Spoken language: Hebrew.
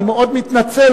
אני מאוד מתנצל,